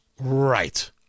Right